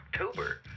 October